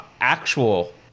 actual